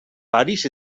paris